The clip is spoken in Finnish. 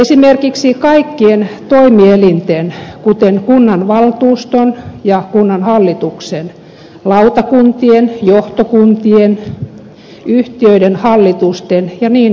esimerkiksi kaikkien toimielinten kuten kunnanvaltuuston ja kunnanhallituksen lautakuntien johtokuntien yhtiöiden hallitusten ja niin edelleen